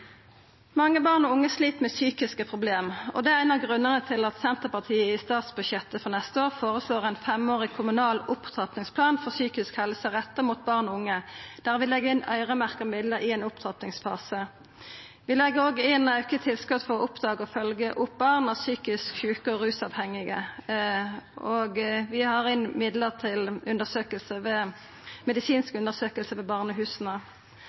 unge slit med psykiske problem. Det er ein av grunnane til at Senterpartiet i statsbudsjettet for neste år føreslår ein femårig kommunal opptrappingsplan for psykisk helse retta inn mot barn og unge, der vi legg inn øyremerkte midlar i ein opptrappingsfase. Vi legg òg inn auka tilskot til å oppdaga og følgja opp barn av psykisk sjuke og rusavhengige, og vi har inne midlar til medisinsk undersøking ved barnehusa.